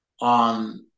On